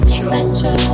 Essential